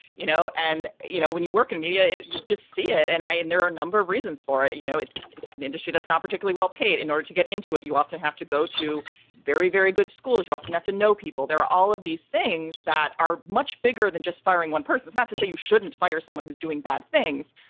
you know, and, you know, when you work in media, you just see it. and i and there are a number of reasons for it. you know, it's it's an industry that's not particularly well paid. in order to get into it, you often have to go to very, very good schools. you often have to know people. there are all of these things that are much bigger than just firing. one person is not to say you shouldn't fire someone who's doing bad things,